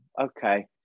okay